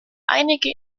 einige